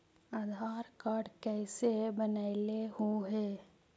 आधार card कईसे बनैलहु हे?